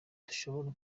dushobora